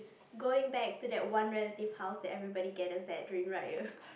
going back to that one relative house that everybody gathers at during Raya